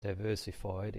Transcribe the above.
diversified